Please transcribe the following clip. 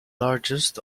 largest